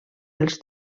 els